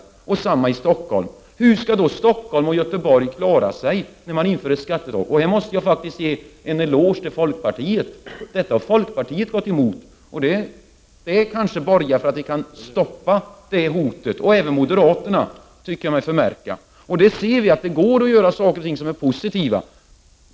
Samma sak gäller Stockholm. Hur skall Stockholm och Göteborg kunna klara sig när ett skattetak införs? Här måste jag faktiskt ge en eloge till folkpartiet. Detta har folkpartiet nämligen gått emot. Det kanske borgar för ett stopp när det gäller det hotet. Jag tycker mig förmärka att det även gäller moderaterna. Vi ser att det går att göra saker och ting som är positiva.